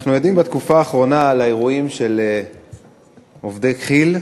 אנחנו עדים בתקופה האחרונה לאירועים של עובדי כי"ל,